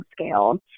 scale